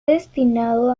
destinado